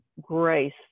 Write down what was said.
grace